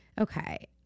okay